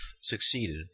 succeeded